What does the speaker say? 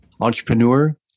entrepreneur